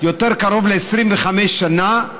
יותר קרוב ל-25 שנה,